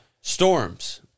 Storms